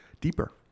deeper